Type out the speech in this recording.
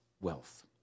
wealth